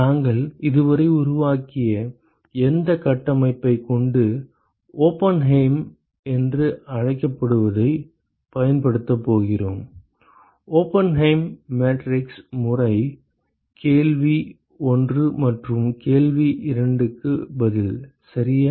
நாங்கள் இதுவரை உருவாக்கிய எந்த கட்டமைப்பைக் கொண்டு ஓப்பன்ஹெய்ம் என்று அழைக்கப்படுவதைப் பயன்படுத்தப் போகிறோம் ஓப்பன்ஹெய்ம் மேட்ரிக்ஸ் முறை கேள்வி 1 மற்றும் கேள்வி 2 க்கு பதில் சரியா